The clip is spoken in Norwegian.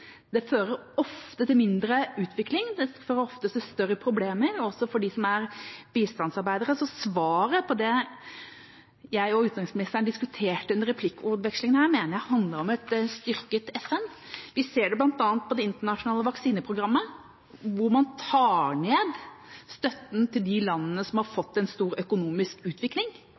Det fører ofte til mindre utvikling, det fører ofte til større problemer, også for dem som er bistandsarbeidere. Så svaret på det jeg og utenriksministeren diskuterte under replikkordvekslingen her, mener jeg handler om et styrket FN. Vi ser det bl.a. på det internasjonale vaksineprogrammet, hvor man tar ned støtten til de landene som har fått en stor økonomisk utvikling.